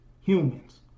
humans